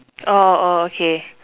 oh oh okay